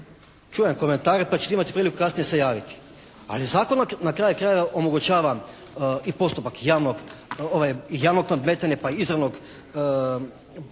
čujem komentare pa ćete imati priliku kasnije se javiti. Ali zakon na kraju krajeva omogućava i postupak javnog nadmetanja, pa izravnog pogodne,